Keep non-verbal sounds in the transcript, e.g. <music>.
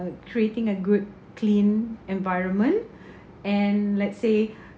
creating a good clean environment <breath> and let's say